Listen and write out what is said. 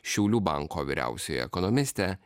šiaulių banko vyriausioji ekonomistė